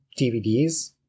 DVDs